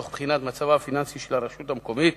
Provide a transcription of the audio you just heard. תוך בחינת מצבה הפיננסי של הרשות המקומית